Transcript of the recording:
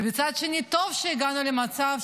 ומצד שני טוב שהגענו למצב,